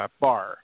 bar –